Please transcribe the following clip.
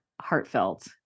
heartfelt